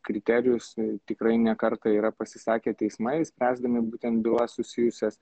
kriterijus tikrai ne kartą yra pasisakę teismai spręsdami būtent bylas susijusias